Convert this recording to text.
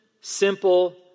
Simple